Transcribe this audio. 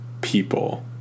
people